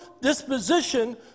disposition